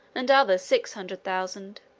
and others six hundred thousand.